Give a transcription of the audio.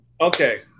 Okay